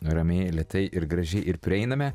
ramiai lėtai ir gražiai ir prieiname